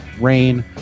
Rain